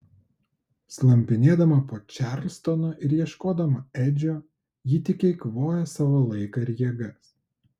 slampinėdama po čarlstoną ir ieškodama edžio ji tik eikvoja savo laiką ir jėgas